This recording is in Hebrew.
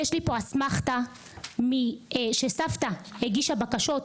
יש לי פה אסמכתה שסבתא הגישה בקשות,